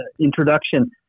introduction